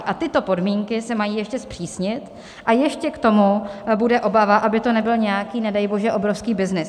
A tyto podmínky se mají ještě zpřísnit a ještě k tomu bude obava, aby to nebyl nějaký nedejbože obrovský byznys.